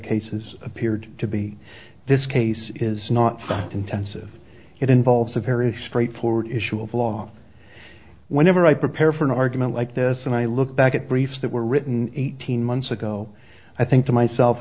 cases appeared to be this case is not intensive it involves a very straightforward issue of law whenever i prepare for an argument like this and i look back at briefs that were written eighteen months ago i think to myself